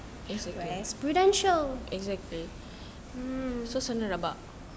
west prudential mm